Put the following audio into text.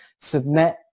submit